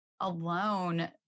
Alone